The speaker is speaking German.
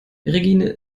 regine